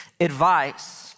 advice